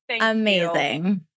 amazing